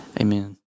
Amen